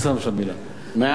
מאה אחוז, אדוני.